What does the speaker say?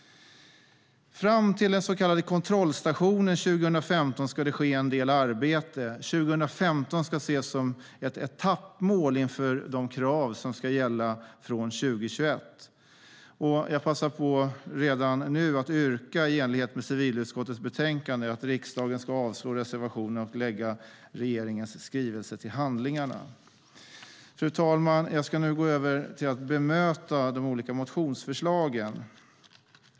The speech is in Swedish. Fram till den så kallade kontrollstationen 2015 ska det ske en del arbete. År 2015 ska ses som ett etappmål inför de krav som ska gälla från 2021. Jag passar redan nu på att i enlighet med förslaget i civilutskottets betänkande yrka på att riksdagen avslår reservationerna och lägger regeringens skrivelse till handlingarna. Fru talman! Jag ska nu gå över till att bemöta de olika motionsförslagen.